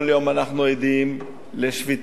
כל יום אנחנו עדים לשביתות,